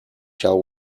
shall